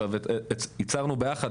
ייצרנו ביחד,